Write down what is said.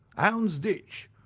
houndsditch.